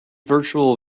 virtual